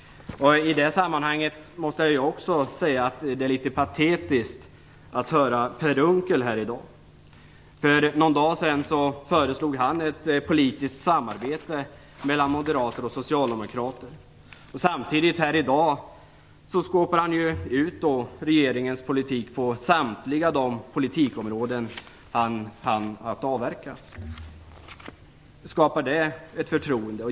I det sammanhanget måste jag också säga att det var litet patetiskt att höra Per Unckel här i dag. För någon dag sedan föreslog han ett politiskt samarbete mellan Moderater och Socialdemokrater. I dag skåpar han ut regeringens politik på samtliga de politikområden han hann med att avverka. Skapar det ett förtroende?